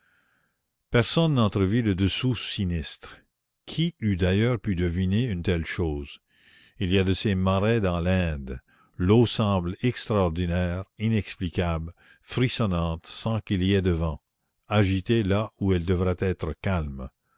personne n'entrevit le dessous sinistre qui eût d'ailleurs pu deviner une telle chose il y a de ces marais dans l'inde l'eau semble extraordinaire inexplicable frissonnante sans qu'il y ait de vent agitée là où elle devrait être calme